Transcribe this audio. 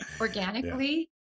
organically